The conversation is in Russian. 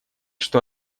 что